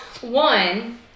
one